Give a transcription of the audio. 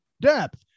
depth